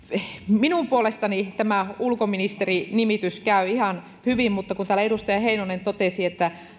minun puolestani tämä ulkoministeri nimitys käy ihan hyvin mutta kun täällä edustaja heinonen totesi että